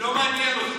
לא מעניין אותי.